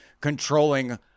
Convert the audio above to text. controlling